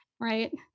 right